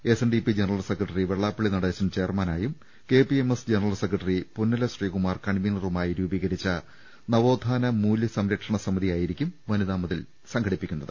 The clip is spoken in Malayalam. S N D P general secretary Vellappally Natesan ചെയർമാനായും K P M S general secretary Punnala Sreekumar കൺവീനറുമായി രൂപീകരിച്ച നവോത്ഥാന മൂല്യ സംരക്ഷണ സമിതിയാ യിരിക്കും വനിതാമതിൽ സംഘടിപ്പിക്കുന്നത്